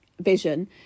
vision